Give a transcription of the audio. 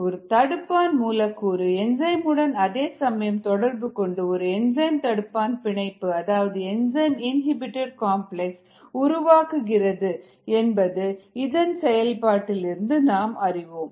ஒரு தடுப்பான் மூலக்கூறு என்சைம் உடன் அதேசமயம் தொடர்பு கொண்டு ஒரு என்சைம் தடுப்பான் பிணைப்பு அதாவது என்சைம் இன்ஹிபிட்டர் காம்ப்ளக்ஸ் உருவாக்குகிறது என்பது இதன் செயல்பாடு என்று நாம் அறிவோம்